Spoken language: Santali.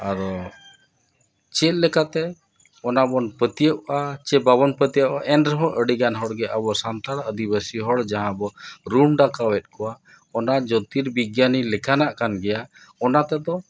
ᱟᱫᱚ ᱪᱮᱫ ᱞᱮᱠᱟᱛᱮ ᱚᱱᱟ ᱵᱚᱱ ᱯᱟᱹᱛᱭᱟᱹᱜᱼᱟ ᱵᱟᱵᱚᱱ ᱯᱟᱹᱛᱭᱟᱹᱜᱼᱟ ᱮᱱ ᱨᱮᱦᱚᱸ ᱟᱹᱰᱤᱜᱟᱱ ᱦᱚᱲ ᱜᱮ ᱟᱵᱚ ᱥᱟᱱᱛᱟᱲ ᱟᱹᱫᱤᱵᱟᱹᱥᱤ ᱦᱚᱲ ᱡᱟᱦᱟᱸ ᱵᱚᱱ ᱨᱩᱢ ᱰᱟᱠᱟᱣᱮᱫ ᱠᱚᱣᱟ ᱚᱱᱟᱦᱚᱸ ᱡᱳᱛᱤᱨ ᱵᱤᱜᱽᱜᱟᱱᱤ ᱞᱮᱠᱟᱱᱟᱜ ᱠᱟᱱ ᱜᱮᱭᱟ ᱚᱱᱟ ᱛᱮᱫᱚ